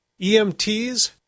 EMTs